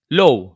low